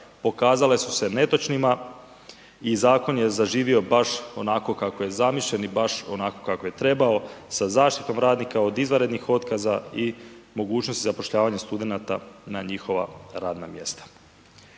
pokazale su se netočnima i zakon je zaživio baš onako kako je zamišljen i baš onako kako je trebao sa zaštitom radnika od izvanrednih otkaza i mogućnosti zapošljavanja studenata na njihova radna mjesta.